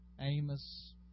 Amos